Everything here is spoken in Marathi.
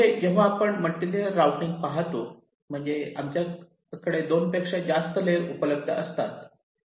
पुढे जेव्हा आपण मल्टीलेअर राउटिंग पाहतो म्हणजे आमच्याकडे 2 पेक्षा जास्त लेअर उपलब्ध असतात